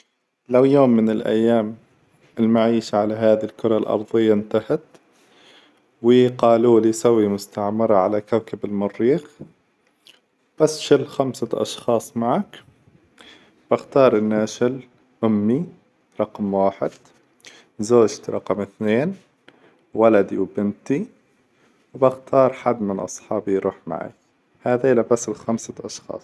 لو يوم من الأيام المعيشة على هذي الكرة الأرظية انتهت! وي قالو لي سوي مستعمرة على كوكب المريخ بس شل خمس أشخاص معك، باختار أشل أمي رقم واحد، زوجتي رقم اثنين، ولدي وبنتي، وباختار حد من أصحابي يروح معي، هذيلا بس الخمسة أشخاص.